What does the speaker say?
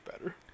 better